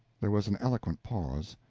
there was an eloquent pause,